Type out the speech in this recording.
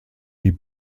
die